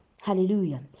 Hallelujah